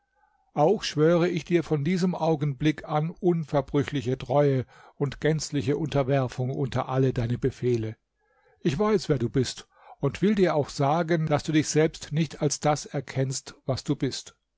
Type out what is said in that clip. auch schwöre ich dir von diesem augenblick an unverbrüchliche treue und gänzliche unterwerfung unter alle deine befehle ich weiß wer du bist und will dir auch sagen daß du dich selbst nicht als das erkennst was du bist